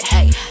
Hey